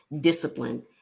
discipline